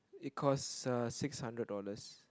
it costs a six hundred dollars